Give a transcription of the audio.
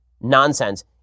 nonsense